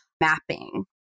mapping